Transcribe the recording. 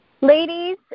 Ladies